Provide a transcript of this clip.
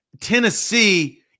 Tennessee